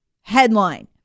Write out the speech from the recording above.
Headline